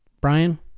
Brian